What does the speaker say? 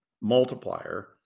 multiplier